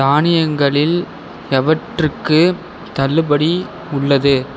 தானியங்களில் எவற்றுக்கு தள்ளுபடி உள்ளது